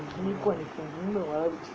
lee kuan yew கு மூள வளர்ச்சி:ku mula valarchi